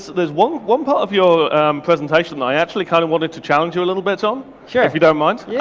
there's one one part of your presentation, i actually kind of wanted to challenge you a little bit on, sure. if you don't mind. yeah,